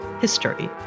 history